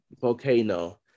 volcano